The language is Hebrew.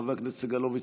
חבר הכנסת סגלוביץ',